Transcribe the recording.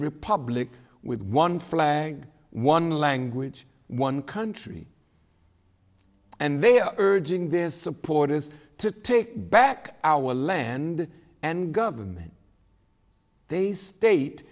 republic with one flag one language one country and they are urging this supporters to take back our land and government they state